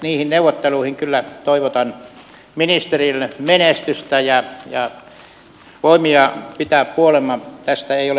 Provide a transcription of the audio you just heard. niihin neuvotteluihin kyllä toivotan ministerille menestystä ja voimia pitää puolensa tästä ei ole enää varaa tinkiä